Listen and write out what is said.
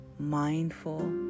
mindful